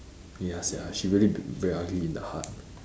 ya sia she really b~ very ugly in the heart